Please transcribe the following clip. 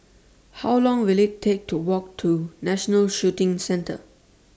How Long Will IT Take to Walk to National Shooting Centre